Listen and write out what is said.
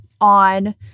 on